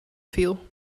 viel